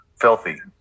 filthy